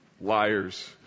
Liars